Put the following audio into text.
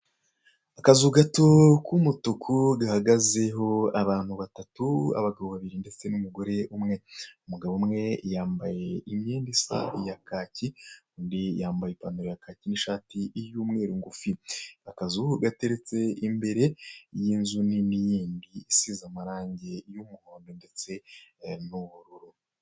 Akazu gato k'umutuku gahagazeho abantu batatu abagabo babiri ndetse n'umugore umwe. Umugabo umwe yambaye imyenda isanzwe ya kake, undi yambaye ipantaro ya kake n'ishati y'umweru ngufi. Akazu gateretse imbere y'inzu isize amarangi y'umuhondo ndetse n'ubururu.